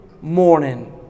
morning